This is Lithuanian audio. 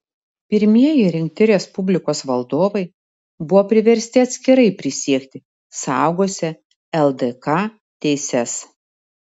pirmieji rinkti respublikos valdovai buvo priversti atskirai prisiekti saugosią ldk teises